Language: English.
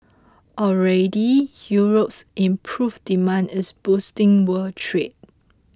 already Europe's improved demand is boosting world trade